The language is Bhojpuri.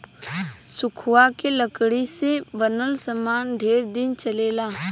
सखुआ के लकड़ी से बनल सामान ढेर दिन चलेला